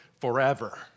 forever